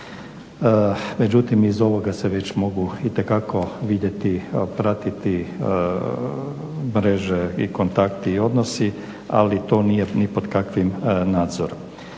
Međutim, iz ovoga se već mogu itekako vidjeti, pratiti mreže i kontakti i odnosi ali to nije ni pod kakvim nadzorom.